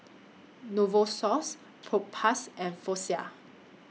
Novosource Propass and Floxia